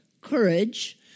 courage